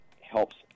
helps